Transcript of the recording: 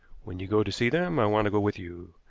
when you go to see them i want to go with you.